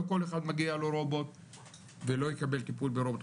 לא כל אחד מגיע לו רובוט ולא יקבל טיפול ברובוט,